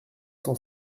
cent